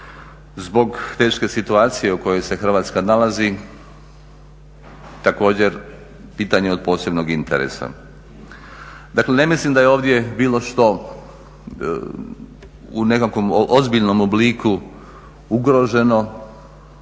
zbog teške situacije u kojoj se Hrvatska nalazi, također pitanje od posebnog interesa. Dakle, ne mislim da je ovdje bilo što u nekakvom ozbiljnom obliku ugroženo.